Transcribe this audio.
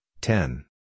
ten